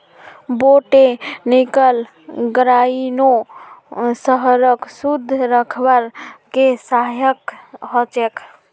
botanical गार्डनो शहरक शुद्ध रखवार के सहायक ह छेक